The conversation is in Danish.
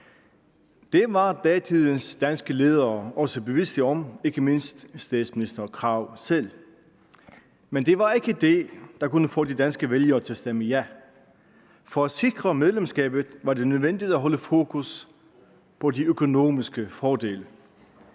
Det var datidens danske ledere også bevidste om, ikke mindst statsminister Krag selv. Men det var ikke det, der kunne få de danske vælgere til at stemme ja. For at sikre medlemskabet var det nødvendigt at holde fokus på de økonomiske fordele.